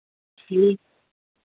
ठीक